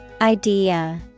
Idea